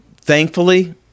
Thankfully